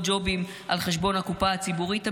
ג'ובים על חשבון הקופה הציבורית המידלדלת,